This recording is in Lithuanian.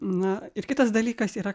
na ir kitas dalykas yra